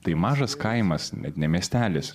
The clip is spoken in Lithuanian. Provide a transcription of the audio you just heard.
tai mažas kaimas net ne miestelis